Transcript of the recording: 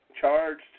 charged